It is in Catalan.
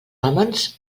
hòmens